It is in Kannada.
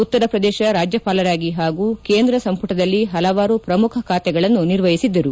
ಉತ್ತರ ಪ್ರದೇಶ ರಾಜ್ಯಪಾಲರಾಗಿ ಹಾಗೂ ಕೇಂದ್ರ ಸಂಪುಟದಲ್ಲಿ ಹಲವಾರು ಪ್ರಮುಖ ಖಾತೆಗಳನ್ನು ನಿರ್ವಹಿಸಿದ್ದರು